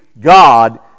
God